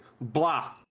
Blah